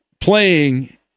playing